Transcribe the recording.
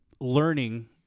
learning